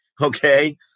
Okay